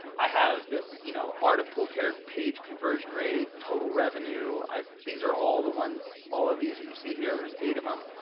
i have this you know art of pool care page conversion rate, total revenue. these are all the ones, all of these that you see here, there's eight of them.